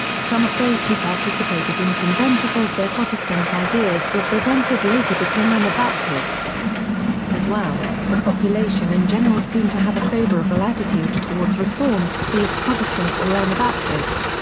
some of those who participated in conventicles where protestant ideas were presented later became anabaptists. as well, the population in general seemed to have a favorable attitude towards reform, be it protestant or anabaptist.